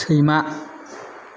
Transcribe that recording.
सैमा